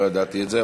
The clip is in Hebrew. לא ידעתי את זה,